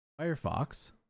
Firefox